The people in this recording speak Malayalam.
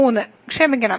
3 ക്ഷമിക്കണം